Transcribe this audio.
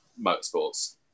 motorsports